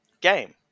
game